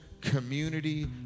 community